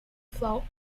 flow